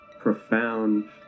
profound